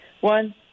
One